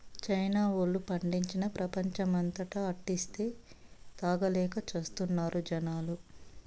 China వోల్లు పండించి, ప్రపంచమంతటా అంటిస్తే, తాగలేక చస్తున్నారు జనాలు